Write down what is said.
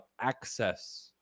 access